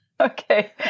Okay